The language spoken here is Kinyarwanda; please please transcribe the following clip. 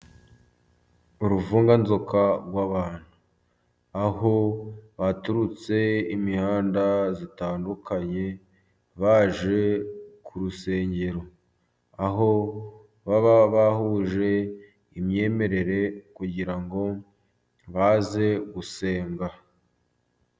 Uruvunganzoka rw'abantu. Aho baturutse imihanda itandukanye baje ku rusengero. Aho baba bahuje imyemerere kugira ngo baze gusenga.